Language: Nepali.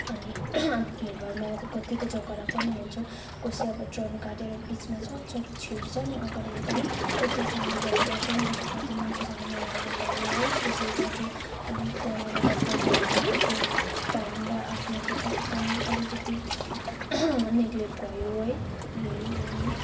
अनि अब भिडभाडमा अब कति त झगडा पनि हुन्छ कसै अब टर्न काटिएर बिचमा सटसट छिर्छन् नि अगाडि अगाडि त्यस्तोहरूसँग त झगडा पनि हुन्छ कति मान्छेसँग नराम्रो भयो है त्यसै त अब त्यहाँनिर डक्टर छैन भने आफ्नो टाइम र आफ्नो हेल्थ पनि अलिकति नेगलेक्ट भयो है यही हो नि